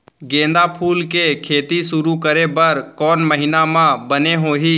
गेंदा फूल के खेती शुरू करे बर कौन महीना मा बने होही?